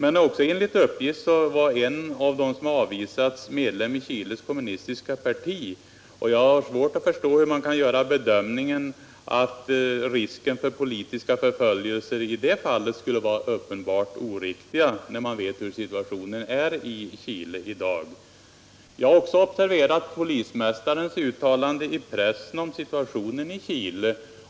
En av dem som avvisades var enligt uppgift medlem i Chiles kommunistiska parti, och jag har svårt att förstå hur man kan göra bedömningen att risken för politisk förföljelse i det fallet var en uppenbart oriktig uppgift —- när man vet hurdan situationen är i Chile i dag. Jag har också observerat polismästarens uttalanden i pressen om situationen i Chile.